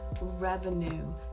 revenue